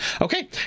okay